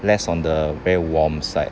less on the very warm side